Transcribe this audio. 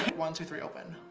one, two, three open!